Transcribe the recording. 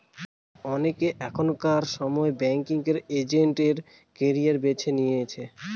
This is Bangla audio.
অনেকে এখনকার সময় ব্যাঙ্কিং এজেন্ট এর ক্যারিয়ার বেছে নিচ্ছে